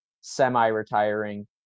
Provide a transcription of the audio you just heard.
semi-retiring